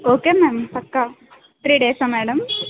okay ma'am పక్కా three డేసా madam